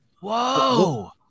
Whoa